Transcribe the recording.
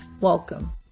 Welcome